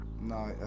No